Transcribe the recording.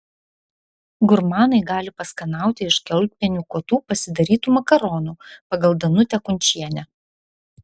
gurmanai gali paskanauti iš kiaulpienių kotų pasidarytų makaronų pagal danutę kunčienę